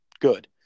good